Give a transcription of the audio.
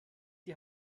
die